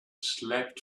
slept